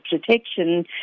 protection